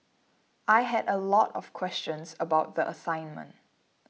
I had a lot of questions about the assignment